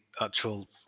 actual